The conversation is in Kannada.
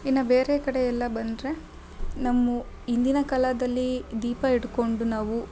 ಇನ್ನೂ ಬೇರೆ ಕಡೆಯೆಲ್ಲ ಬಂದರೆ ನಮ್ಮ ಇಂದಿನ ಕಾಲದಲ್ಲಿ ದೀಪ ಹಿಡ್ಕೊಂಡು ನಾವು